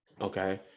okay